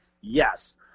Yes